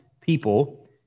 people